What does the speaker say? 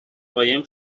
قایم